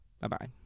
Bye-bye